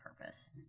purpose